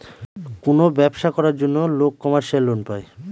কোনো ব্যবসা করার জন্য লোক কমার্শিয়াল লোন পায়